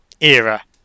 era